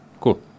Cool